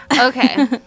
okay